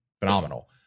phenomenal